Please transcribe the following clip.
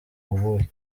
ubuhe